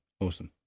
Awesome